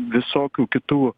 visokių kitų